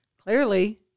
Clearly